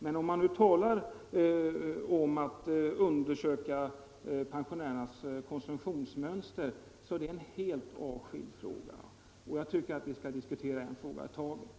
Men en undersökning av pensionärernas konsumtionsmönster är ett helt annat spörsmål, och jag tycker att vi skall diskutera en fråga i taget.